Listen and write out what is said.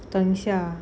等一下